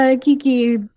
Kiki